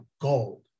gold